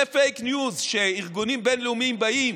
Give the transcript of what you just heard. זה פייק ניוז שארגונים בין-לאומיים באים